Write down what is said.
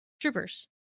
troopers